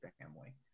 family